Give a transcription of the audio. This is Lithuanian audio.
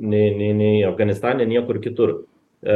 nei nei nei afganistane niekur kitur e